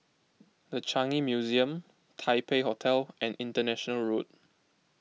the Changi Museum Taipei Hotel and International Road